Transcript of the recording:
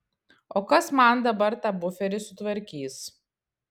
o kas man dabar tą buferį sutvarkys